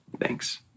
Thanks